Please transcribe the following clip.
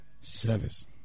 service